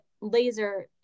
laser